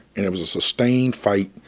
and there was a sustained fight.